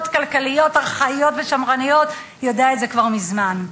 כלכליות ארכאיות ושמרניות יודע את זה כבר מזמן.